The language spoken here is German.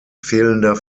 fehlender